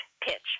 pitch